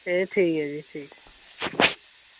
एह् ठीक ऐ जी ठीक